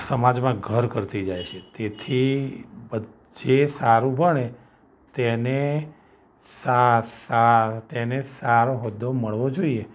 સમાજમાં ઘર કરી જાય છે તેથી જે સારું ભણે તેને સા સા તેને સારો હોદ્દો મળવો જોઈએ